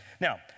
Now